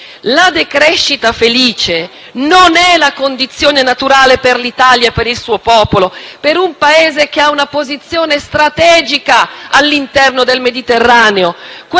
La decrescita felice non è la condizione naturale per l'Italia e per il suo popolo, per un Paese che ha una posizione strategica all'interno del Mediterraneo.